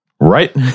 Right